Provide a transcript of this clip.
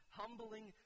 humbling